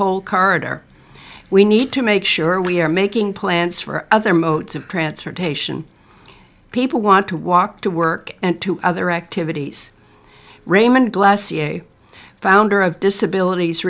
whole corridor we need to make sure we're making plans for other modes of transportation people want to walk to work and to other activities raymond last year founder of disabilit